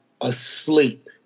asleep